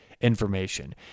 information